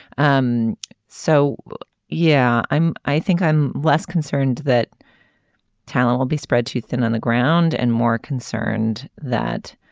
um so yeah i'm i think i'm less concerned that talent will be spread too thin on the ground and more concerned that